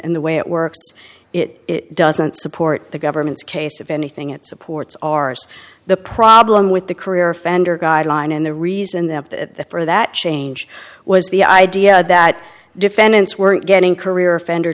and the way it works it doesn't support the government's case of anything it supports ours the problem with the career offender guideline and the reason they have that for that change was the idea that defendants weren't getting career offender